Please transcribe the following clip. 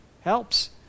helps